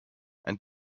and